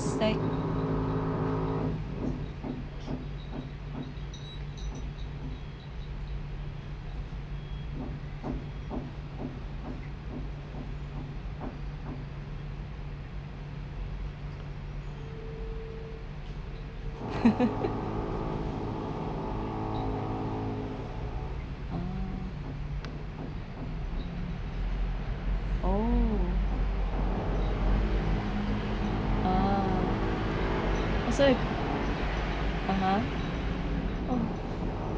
oh ah so (uh huh) oh